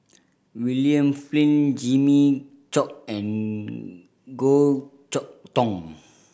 William Flint Jimmy Chok and Goh Chok Tong